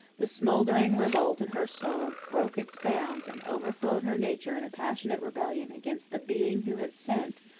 the smouldering revolt in her soul broke its bounds, and overflowed her nature in a passionate rebellion against the being who had sent,